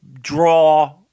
draw